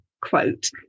quote